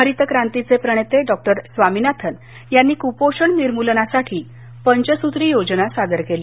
हरित क्रांतीचे प्रणेते डॉ स्वामिनाथन यांनी कुपोषण निर्मुलनासाठी पंचसूत्री योजना सादर केली